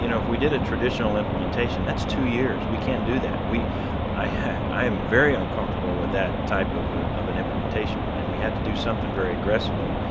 you know if we did a traditional implementation, that's two years. we can't do that. we i have i am very uncomfortable with that type of ah of an implementation plan. we had to do something very aggressively,